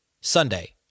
Sunday